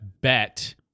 Bet